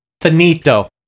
finito